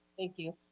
thank you.